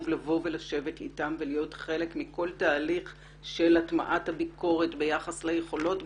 לבוא ולשבת איתם ולהיות חלק מכל תהליך של הטמעת הביקורת ביחס ליכולות,